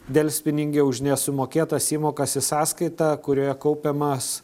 delspinigiai už nesumokėtas įmokas į sąskaitą kurioje kaupiamas